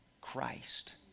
Christ